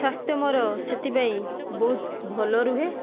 ସ୍ୱାସ୍ଥ୍ୟ ମୋର ସେଥିପାଇଁ ବହୁତ ଭଲ ରୁହେ